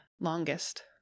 Longest